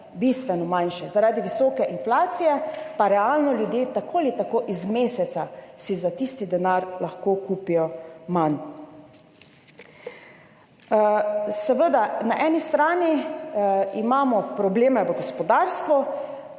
bistveno manjše, zaradi visoke inflacije pa si ljudje realno tako ali tako v mesecu za tisti denar lahko kupijo manj. Seveda, na eni strani imamo probleme v gospodarstvu,